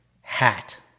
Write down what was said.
Hat